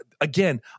Again